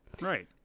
Right